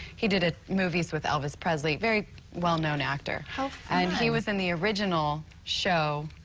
he did ah movies with elvis presley, very well-known actor and he was in the original show,